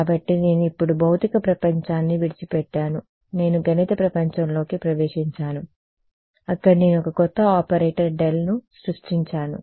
కాబట్టి నేను ఇప్పుడు భౌతిక ప్రపంచాన్ని విడిచిపెట్టాను నేను గణిత ప్రపంచంలోకి ప్రవేశించాను అక్కడ నేను ఒక కొత్త ఆపరేటర్ ∇ను సృష్టించాను